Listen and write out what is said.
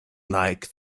like